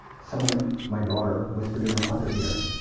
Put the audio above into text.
someone my daughter whispered in her other ear,